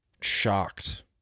shocked